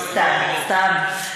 סתם, סתם.